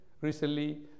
Recently